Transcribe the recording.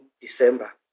December